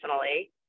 personally